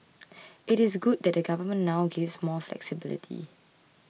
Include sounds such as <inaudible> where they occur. <noise> it is good that the government now gives more flexibility